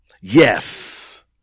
yes